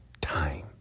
time